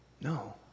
No